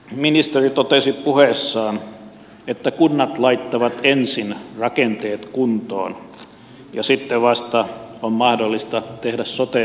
ministeri totesi puheessaan että kunnat laittavat ensin rakenteet kuntoon ja sitten vasta on mahdollista tehdä sote uudistusta